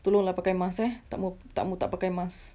tolong lah pakai mask eh tak mahu tak mahu tak pakai mask